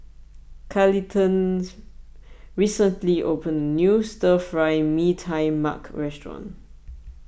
Carleton's recently opened a new Stir Fry Mee Tai Mak restaurant